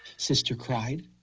sister cried.